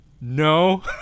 No